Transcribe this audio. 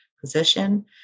position